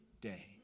day